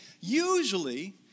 usually